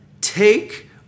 Take